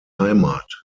heimat